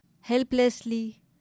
helplessly